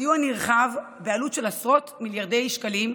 סיוע נרחב, בעלות של עשרות מיליארדי שקלים,